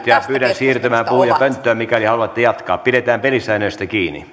ja pyydän siirtymään puhujapönttöön mikäli haluatte jatkaa pidetään pelisäännöistä kiinni